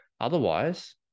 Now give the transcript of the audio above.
Otherwise